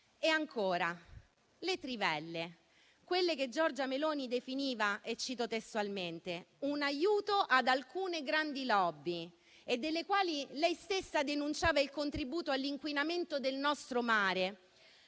Quanto alle trivelle, quelle che Giorgia Meloni definiva, testualmente, "un aiuto ad alcune grandi *lobby*" e delle quali lei stessa denunciava il contributo all'inquinamento del nostro mare,